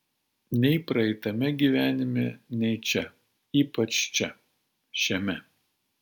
nei praeitame gyvenime nei čia ypač čia šiame